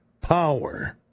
power